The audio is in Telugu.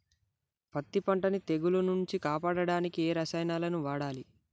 పత్తి పంటని తెగుల నుంచి కాపాడడానికి ఏ రసాయనాలను వాడాలి?